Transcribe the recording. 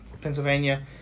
Pennsylvania